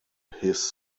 his